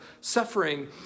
suffering